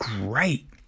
Great